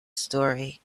story